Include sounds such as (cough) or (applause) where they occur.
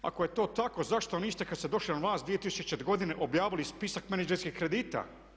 Ako je to tako zašto niste kada ste došli na vlast … (unintelligible) objavili spisak menadžerskih kredita?